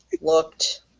looked